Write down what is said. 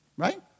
right